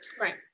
Right